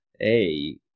Hey